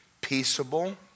peaceable